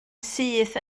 syth